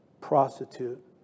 prostitute